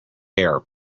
air